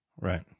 Right